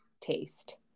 taste